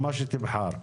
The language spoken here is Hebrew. מה שתבחר.